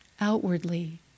outwardly